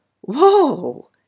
whoa